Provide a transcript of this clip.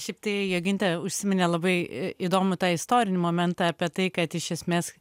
šiaip tai jogintė užsiminė labai įdomų tai istorinį momentą apie tai kad iš esmės